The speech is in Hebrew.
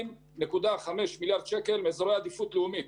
2.5 מיליארד שקל מאזורי עדיפות לאומית.